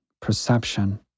perception